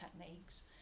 techniques